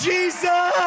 Jesus